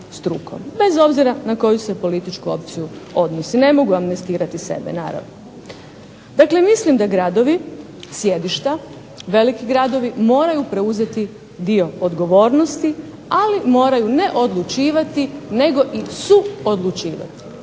bez obzira na koju se političku opciju odnosi. Ne mogu amnestirati sebe naravno. Dakle mislim da gradovi, sjedišta, veliki gradovi moraju preuzeti dio odgovornosti, ali moraju ne odlučivati nego i suodlučivati.